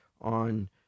on